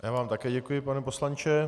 Já vám také děkuji, pane poslanče.